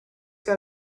got